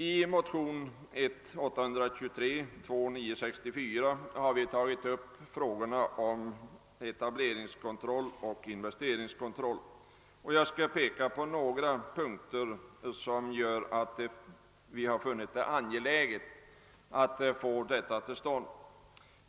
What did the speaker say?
I motionerna I: 823 och II: 964 har vi tagit upp frågorna om etableringsoch investeringskontroll. Jag skall peka på några punkter som gör att vi har funnit det angeläget att få detta till stånd.